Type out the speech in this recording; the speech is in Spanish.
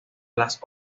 las